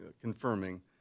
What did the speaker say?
confirming